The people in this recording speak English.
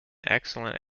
excellent